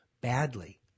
badly